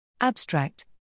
Abstract